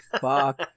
fuck